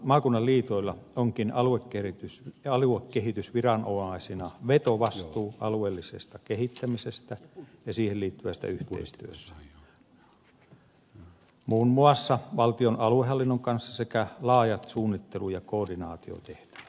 maakunnan liitoilla onkin aluekehitysviranomaisina vetovastuu alueellisesta kehittämisestä ja siihen liittyvästä yhteistyöstä muun muassa valtion aluehallinnon kanssa sekä laajat suunnittelu ja koordinaatiotehtävät